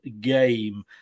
game